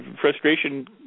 frustration